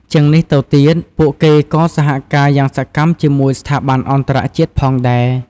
ជាងនេះទៅទៀត ពួកគេក៏សហការយ៉ាងសកម្មជាមួយ ស្ថាប័នអន្តរជាតិផងដែរ។